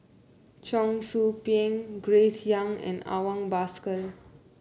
Cheong Soo Pieng Grace Young and Awang Bakar